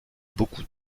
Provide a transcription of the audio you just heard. beaucoup